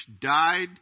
died